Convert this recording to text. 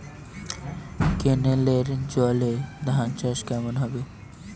কেনেলের জলে ধানচাষ কেমন হবে?